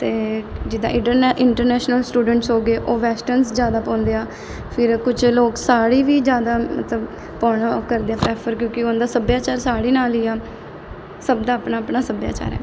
ਅਤੇ ਜਿੱਦਾਂ ਇਡਰਨੈ ਇੰਟਰਨੈਸ਼ਨਲ ਸਟੂਡੈਂਟਸ ਹੋ ਗਏ ਉਹ ਵੈਸਟਨਸ ਜ਼ਿਆਦਾ ਪਾਉਂਦੇ ਆ ਫਿਰ ਕੁਛ ਲੋਕ ਸਾੜੀ ਵੀ ਜ਼ਿਆਦਾ ਮਤਲਬ ਪਾਉਣਾ ਉਹ ਕਰਦੇ ਆ ਪ੍ਰੈਫਰ ਕਿਉਂਕਿ ਉਹ ਦਾ ਸੱਭਿਆਚਾਰ ਸਾੜੀ ਨਾਲ ਹੀ ਆ ਸਭ ਦਾ ਆਪਣਾ ਆਪਣਾ ਸੱਭਿਆਚਾਰ ਹੈ